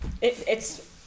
it's-